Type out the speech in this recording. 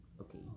Okay